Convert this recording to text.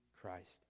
Christ